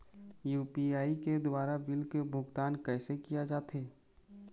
UPI के द्वारा bill के भुगतान कैसे किया जाथे?